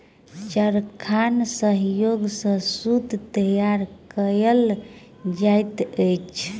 चरखाक सहयोग सॅ सूत तैयार कयल जाइत अछि